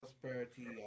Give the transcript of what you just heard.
prosperity